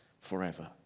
forever